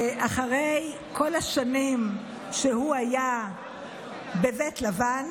אחרי כל השנים שהוא היה בבית לבן.